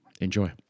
Enjoy